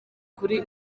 kuri